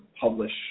publish